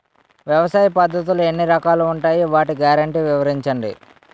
వ్యవసాయ పద్ధతులు ఎన్ని రకాలు ఉంటాయి? వాటి గ్యారంటీ వివరించండి?